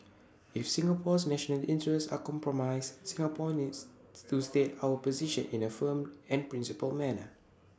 if Singapore's national interests are compromised Singapore needs to state our position in A firm and principled manner